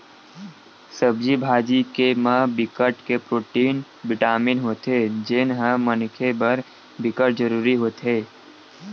सब्जी भाजी के म बिकट के प्रोटीन, बिटामिन होथे जेन ह मनखे बर बिकट जरूरी होथे